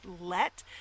let